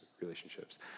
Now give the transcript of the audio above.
relationships